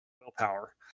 willpower